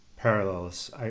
parallels